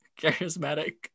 charismatic